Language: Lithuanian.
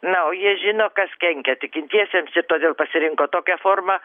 na o jie žino kas kenkia tikintiesiems ir todėl pasirinko tokią formą